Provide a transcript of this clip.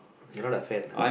you're not a fan ah